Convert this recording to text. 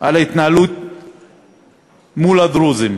על ההתנהלות מול הדרוזים,